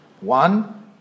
One